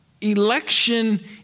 Election